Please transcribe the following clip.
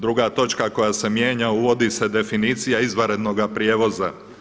Druga točka koja se mijenja uvodi se definicija izvanrednoga prijevoza.